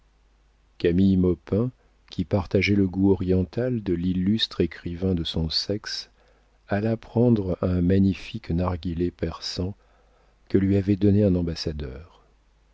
camille maupin qui partageait le goût oriental de l'illustre écrivain de son sexe alla prendre un magnifique narghilé persan que lui avait donné un ambassadeur